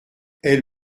elle